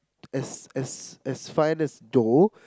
as as as fine as dough